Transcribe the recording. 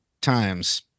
times